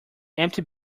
empty